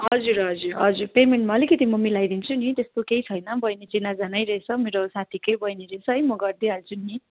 हजुर हजुर हजुर पेमेन्टमा अलिकति म मिलाइदिन्छु नि त्यस्तो कही छैन बहिनी चिनाजानै रहेछ मेरो साथीकै बहिनी रहेछ है म गरिदिइहाल्छु नि